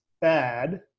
bad